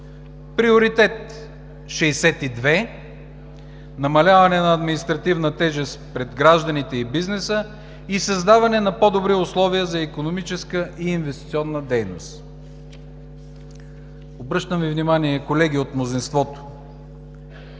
Приоритет 62: Намаляване на административна тежест пред гражданите и бизнеса и създаване на по-добри условия за икономическа и инвестиционна дейност. Обръщам Ви внимание, колеги от мнозинството: